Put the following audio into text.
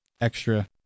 extra